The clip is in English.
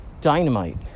dynamite